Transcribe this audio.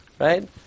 Right